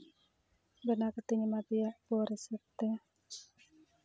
ᱵᱮᱱᱟᱣ ᱠᱟᱛᱮᱧ ᱮᱢᱟᱫᱮᱭᱟ ᱩᱯᱚᱦᱟᱨ ᱦᱤᱥᱟᱹᱵᱛᱮ